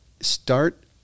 Start